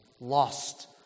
Lost